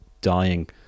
dying